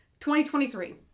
2023